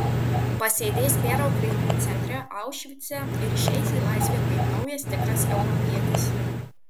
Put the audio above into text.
pasėdės perauklėjimo centre aušvice ir išeis į laisvę kaip naujas tikras europietis